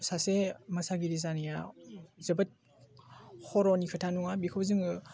सासे मोसागिरि जानाया जोबोद खर'नि खोथा नङा बेखौ जोङो